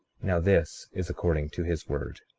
now this is according to his word.